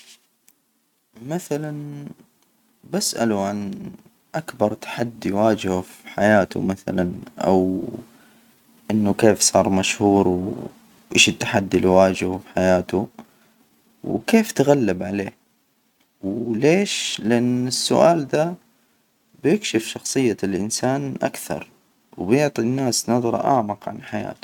مثلا بسأله عن أكبر تحدي يواجهه في حياته مثلا، أو إنه كيف صار مشهور، وإيش التحدي اللي واجهه بحياته. وكيف تغلب عليه؟ وليش؟ لأن السؤال ذا بيكشف شخصية الإنسان أكثر، وبيعطي الناس نظرة أعمق عن حياته.